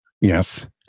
Yes